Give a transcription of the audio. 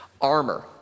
armor